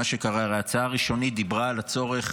מה שקרה, הרי ההצעה הראשונית דיברה על הצורך